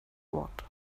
wort